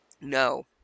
No